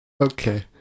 Okay